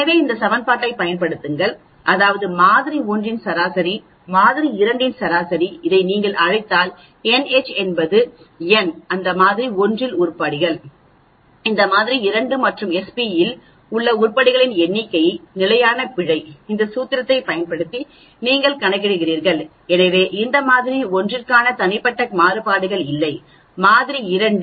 எனவே இந்த சமன்பாட்டைப் பயன்படுத்துங்கள் அதாவது மாதிரி 1 இன் சராசரி மாதிரி 2 இன் சராசரி இதை நீங்கள் அழைத்தால் n H என்பது எண் அந்த மாதிரி 1 இல் உள்ள உருப்படிகள் இந்த மாதிரி 2 மற்றும் Sp இல் உள்ள உருப்படிகளின் எண்ணிக்கை நிலையான பிழை இந்த சூத்திரத்தைப் பயன்படுத்தி நீங்கள் கணக்கிடுகிறீர்கள் எனவே இந்த மாதிரி 1 க்கான தனிப்பட்ட மாறுபாடுகள் இவை மாதிரி 2